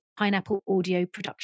pineappleaudioproduction